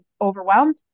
overwhelmed